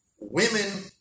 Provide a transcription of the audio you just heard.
women